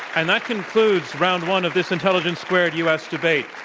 and that concludes round one of this intelligence squared u. s. debate.